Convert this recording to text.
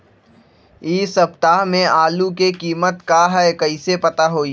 इ सप्ताह में आलू के कीमत का है कईसे पता होई?